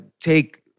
take